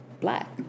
black